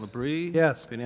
Yes